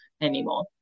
anymore